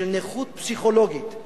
של נכות פסיכולוגית,